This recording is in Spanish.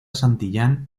santillán